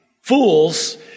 fools